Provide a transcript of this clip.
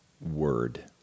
Word